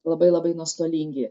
labai labai nuostolingi